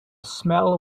smell